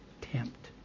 tempt